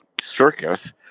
circus